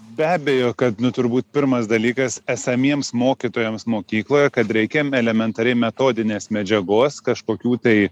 be abejo kad nu turbūt pirmas dalykas esamiems mokytojams mokykloje kad reikia elementariai metodinės medžiagos kažkokių tai